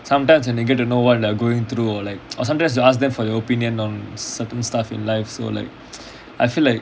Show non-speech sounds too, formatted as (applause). sometimes when they get to know what you are going through or like (noise) or sometimes they will ask them for your opinions on certain stuff in life so like I feel like